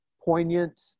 poignant